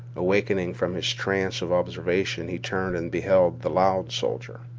awakening from his trance of observation he turned and beheld the loud soldier.